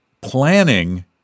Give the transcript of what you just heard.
Planning